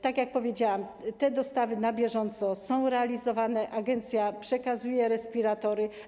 Tak jak powiedziałam, te dostawy na bieżąco są realizowane, agencja przekazuje respiratory.